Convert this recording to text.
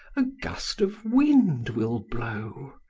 a gust of wind will blow.